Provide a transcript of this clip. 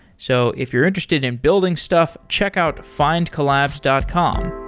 so if you're interested in building stuff, check out findcollabs dot com